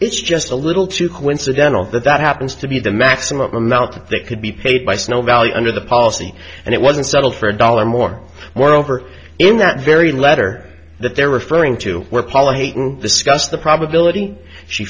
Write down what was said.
it's just a little too coincidental that that happens to be the maximum amount that they could be paid by snow value under the policy and it wasn't settled for a dollar more moreover in that very letter that they're referring to were policy discuss the probability she